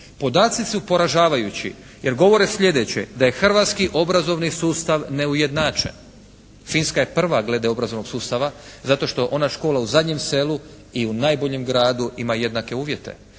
Podaci su poražavajući, jer govore sljedeće. Da je hrvatski obrazovni sustav neujednačen. Finska je prva glede obrazovnog sustava zato što ona škola u zadnjem selu i u najboljem gradu ima jednake uvjete.